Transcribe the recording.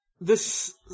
this-